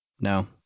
no